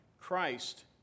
Christ